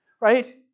right